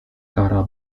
kara